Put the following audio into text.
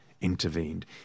intervened